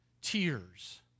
tears